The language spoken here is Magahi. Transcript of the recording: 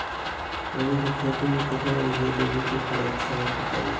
कोबी के खेती मे केतना यूरिया देबे परईछी बताई?